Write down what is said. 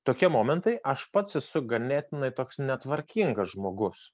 tokie momentai aš pats esu ganėtinai toks netvarkingas žmogus